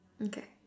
okay